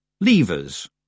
levers